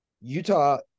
Utah